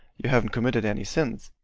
you haven't committed any sins.